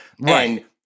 Right